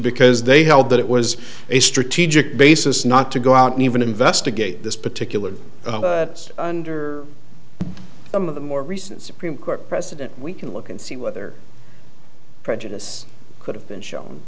because they held that it was a strategic basis not to go out and even investigate this particular under some of the more recent supreme court precedent we can look and see whether prejudice could have been shown